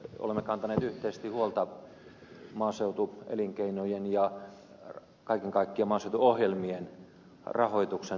olemme kantaneet yhteisesti huolta maaseutuelinkeinojen ja kaiken kaikkiaan maaseutuohjelmien rahoituksen hallinnoinnista